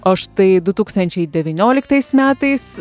o štai du tūkstančiai devynioliktais metais